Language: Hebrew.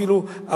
ולישיבות